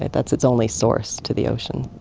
that's its only source to the ocean.